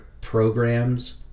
programs